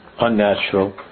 unnatural